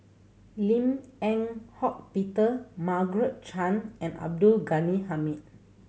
Lim Eng Hock Peter Margaret Chan and Abdul Ghani Hamid